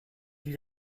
die